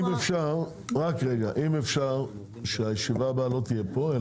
אם אפשר שהישיבה הבאה לא תהיה פה,